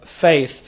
faith